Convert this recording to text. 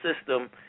system